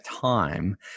time